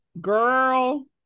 girl